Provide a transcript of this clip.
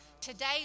Today